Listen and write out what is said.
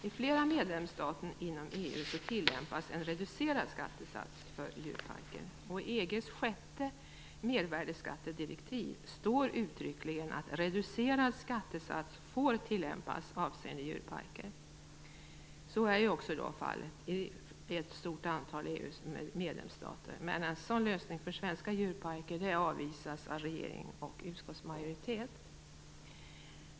I flera medlemsstater inom EU tillämpas en reducerad skattesats för djurparker, och i EG:s sjätte medvärdesskattedirektiv står det uttryckligen att reducerad skattesats får tillämpas avseende djurparker. Så är också fallet i ett stort antal medlemsstater. Men en sådan lösning för svenska djurparker avvisas av regeringen och utskottsmajoriteten.